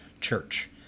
church